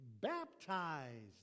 baptized